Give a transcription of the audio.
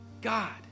God